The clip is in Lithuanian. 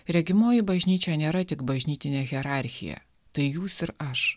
regimoji bažnyčia nėra tik bažnytinė hierarchija tai jūs ir aš